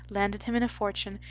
landed him in a fortune,